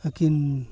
ᱟᱹᱠᱤᱱ